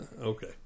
Okay